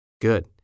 Good